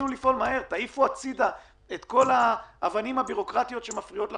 תעיפו הצידה את כל האבנים הבירוקרטית שמפריעות לכם,